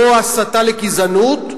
או הסתה לגזענות,